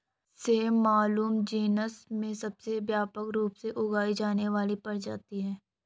सेब Malus genus में सबसे व्यापक रूप से उगाई जाने वाली प्रजाति है